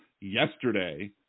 yesterday